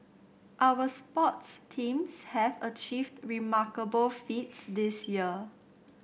our sports teams have achieved remarkable feats this year